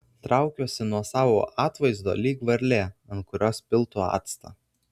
traukiuosi nuo savo atvaizdo lyg varlė ant kurios piltų actą